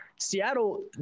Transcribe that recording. Seattle